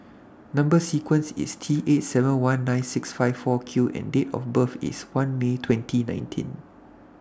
Number sequence IS T eight seven one nine six five four Q and Date of birth IS one May twenty nineteen